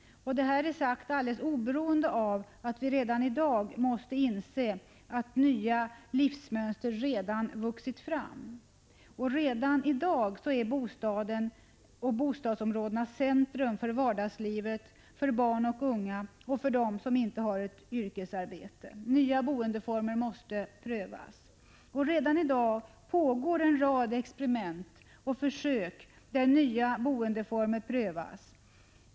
Detta säger jag alldeles oberoende av att vi redan i dag måste inse att nya livsmönster har vuxit fram. Bostadsområdena är numera centrum för vardagslivet för barn och unga och för dem som inte har ett yrkesarbete. Nya boendeformer måste prövas! Redan i dag pågår det en rad experiment och försök där nya boendeformer prövas.